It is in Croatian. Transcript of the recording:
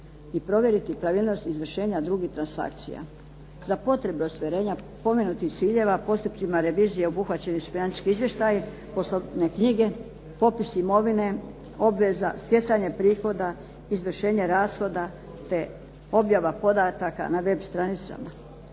I provjeriti pravilnost izvršenja drugih transakcija. Za potrebe ostvarenja spomenutih ciljeva postupcima revizije obuhvaćeni su financijski izvještaji, poslovne knjige, popis imovine, obveza, stjecanje prihoda, izvršenje rashoda te objava podataka na web stranicama.